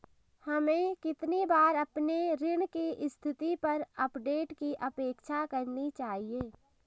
हमें कितनी बार अपने ऋण की स्थिति पर अपडेट की अपेक्षा करनी चाहिए?